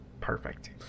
perfect